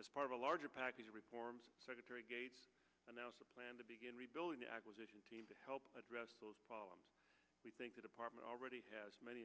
as part of a larger package of reforms secretary gates announced a plan to begin rebuilding the acquisition team to help address those problems we think the department already has many